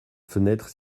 fenêtre